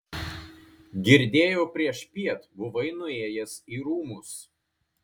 girdėjau priešpiet buvai nuėjęs į rūmus